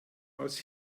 als